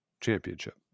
championship